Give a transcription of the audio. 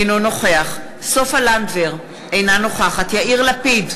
אינו נוכח סופה לנדבר, אינה נוכחת יאיר לפיד,